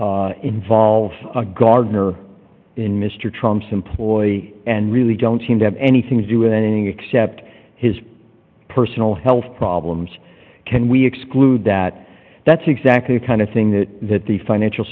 that involve a gardner in mr trump's employee and really don't seem to have anything to do anything except his personal health problems can we exclude that that's exactly the kind of thing that that the financial